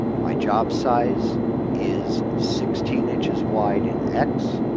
my job size is sixteen inches wide in x.